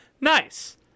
Nice